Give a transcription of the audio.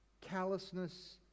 callousness